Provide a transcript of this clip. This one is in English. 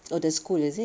oh the school is it